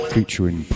Featuring